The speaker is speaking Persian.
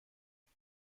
اما